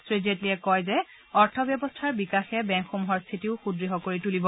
শ্ৰীজেট্লীয়ে কয় যে অৰ্থব্যৱস্থাৰ বিকাশে বেংকসমূহৰ স্থিতিও সুদ্য় কৰি তুলিব